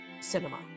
cinema